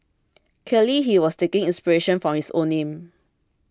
clearly he was taking inspiration from his own name